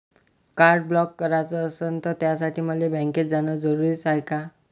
Card block कराच असनं त त्यासाठी मले बँकेत जानं जरुरी हाय का?